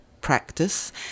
practice